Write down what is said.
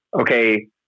okay